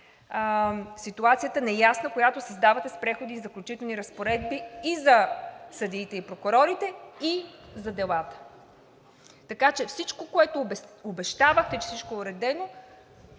ситуация, която създавате с Преходните и заключителните разпоредби и за съдиите, и за прокурорите, и за делата. Така че всичко, което обещавате, че всичко е уредено,